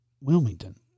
Wilmington